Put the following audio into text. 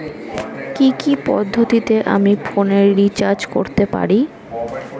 কি কি পদ্ধতিতে আমি ফোনে রিচার্জ করতে পারি?